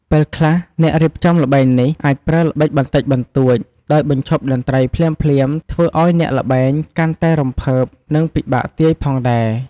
ពេលខ្លះ អ្នករៀបចំល្បែងនេះអាចប្រើល្បិចបន្តិចបន្តួច ដោយបញ្ឈប់តន្ត្រីភ្លាមៗធ្វើឱ្យល្បែងកាន់តែរំភើប និងពិបាកទាយផងដែរ។